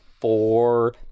four